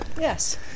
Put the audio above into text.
Yes